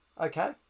okay